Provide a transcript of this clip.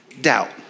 doubt